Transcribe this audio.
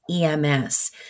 EMS